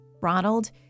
Ronald